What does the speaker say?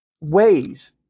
ways